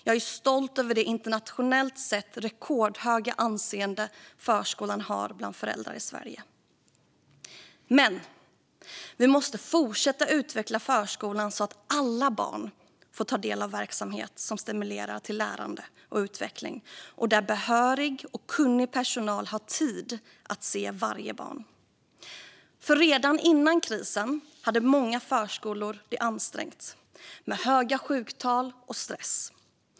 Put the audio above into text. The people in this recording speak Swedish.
Jag är stolt över det internationellt sett rekordhöga anseende förskolan har bland föräldrar i Sverige. Men vi måste fortsätta utveckla förskolan så att alla barn får ta del av en verksamhet som stimulerar till lärande och utveckling och där behörig och kunnig personal har tid att se varje barn. Redan före krisen hade många förskolor det ansträngt, med höga sjuktal och stress.